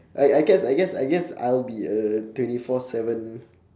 I I guess I guess I guess I'll be a twenty four seven